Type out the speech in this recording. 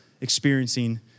experiencing